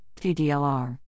TDLR